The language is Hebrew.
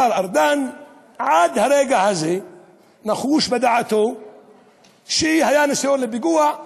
השר ארדן עד הרגע הזה נחוש בדעתו שהיה ניסיון לפיגוע,